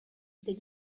des